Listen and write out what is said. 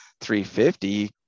350